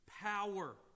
power